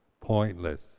pointless